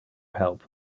help